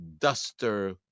duster